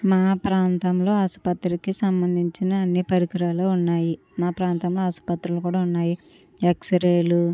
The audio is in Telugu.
మా ప్రాంతంలో ఆసుపత్రికి సంబంధించిన అన్నీ పరికరాలు ఉన్నాయి మా ప్రాంతంలో ఆస్పత్రులు కూడా ఉన్నాయి ఎక్స్రేలు